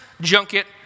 junket